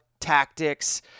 tactics